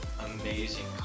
amazing